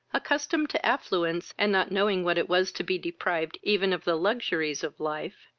accustomed to affluence, and not knowing what it was to be deprived even of the luxuries of life,